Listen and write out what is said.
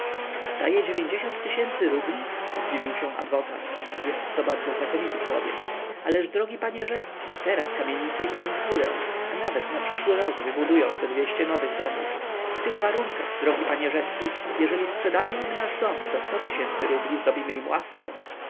mu wiadomość maruszewicza daje rubli zdziwił się adwokat jestto bardzo znakomity człowiek ależ drogi panie rzecki teraz kamienice idą w górę a nawet na przyszły rok wybudują ze dwieście nowych domów w tych warunkach drogi panie rzecki jeżeli sprzedamy im nasz dom za rubli zrobimy im łaskę